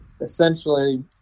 essentially